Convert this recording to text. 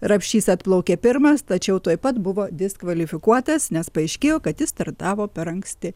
rapšys atplaukė pirmas tačiau tuoj pat buvo diskvalifikuotas nes paaiškėjo kad jis startavo per anksti